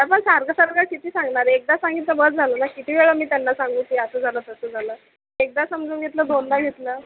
अरे पण सारखं सारखं किती सांगणार एकदा सांगितलं बस झालं ना किती वेळा मी त्यांना सांगू की असं झालं तसं झालं एकदा समजून घेतलं दोनदा घेतलं